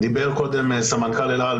דיבר קודם סמנכ"ל אל על.